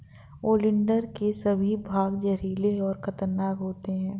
oleander के सभी भाग जहरीले और खतरनाक होते हैं